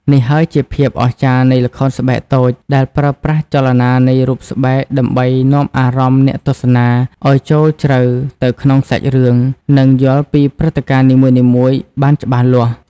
នេះហើយជាភាពអស្ចារ្យនៃល្ខោនស្បែកតូច ដែលប្រើប្រាស់ចលនានៃរូបស្បែកដើម្បីនាំអារម្មណ៍អ្នកទស្សនាឲ្យចូលជ្រៅទៅក្នុងសាច់រឿង និងយល់ពីព្រឹត្តិការណ៍នីមួយៗបានច្បាស់លាស់។